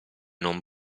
non